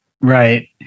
Right